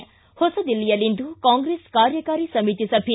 ಿ ಹೊಸದಿಲ್ಲಿಯಲ್ಲಿಂದು ಕಾಂಗ್ರೆಸ್ ಕಾರ್ಯಕಾರಿ ಸಮಿತಿ ಸಭೆ